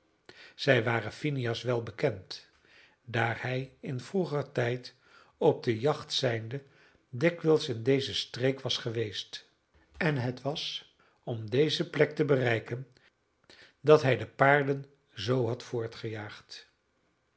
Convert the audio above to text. zij waren phineas wel bekend daar hij in vroeger tijd op de jacht zijnde dikwijls in deze streek was geweest en het was om deze plek te bereiken dat hij de paarden zoo had